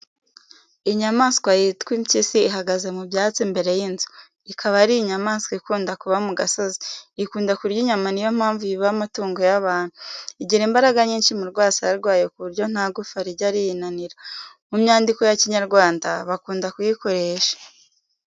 Inyamaswa yitwa impyisi ihagaze mu byatsi imbere y’inzu, ikaba ari inyamaswa ikunda kuba mu gasozi, ikunda kurya inyama niyo mpamvu yiba amatungo y'abantu. Igira imbaraga nyinshi mu rwasaya rwayo ku buryo nta gufa rijya riyinanira. Mu myandiko ya Kinyarwanda bakunda kuyikoresha.